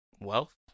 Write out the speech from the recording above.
wealth